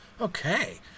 Okay